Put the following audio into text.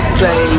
say